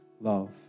love